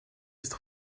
ist